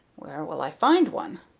where will i find one?